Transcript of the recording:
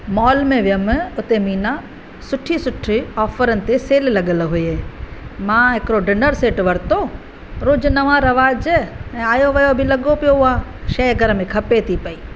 mall में वयमि उते मीना सुठी सुठी ऑफ़रनि ते सेल लॻल हुई मां हिकिड़ो डिनर सेट वरितो रोज़ु नवां रवाज ऐं आयो वयो बि लगो पियो आहे शइ घरु में खपे थी पई